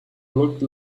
looked